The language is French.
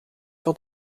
sur